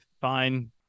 fine